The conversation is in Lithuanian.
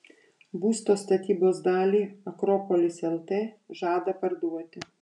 būsto statybos dalį akropolis lt žada parduoti